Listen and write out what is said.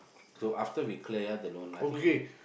so after we cleared the loan I think